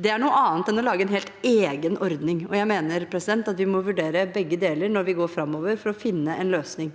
Det er noe annet enn å lage en helt egen ordning. Jeg mener at vi må vurdere begge deler når vi går framover for å finne en løsning.